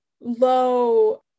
low